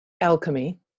alchemy